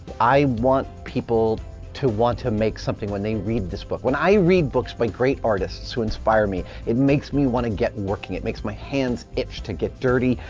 i want people to want to make something when they read this book. when i read books by great artists who inspire me, it makes me want to get working. it makes my hands itch to get dirty,